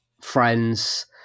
friends